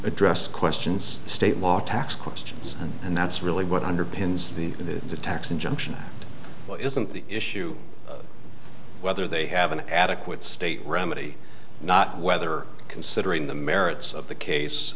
address questions state law tax questions and that's really what underpins the tax injunction isn't the issue whether they have an adequate state remedy not whether considering the merits of the case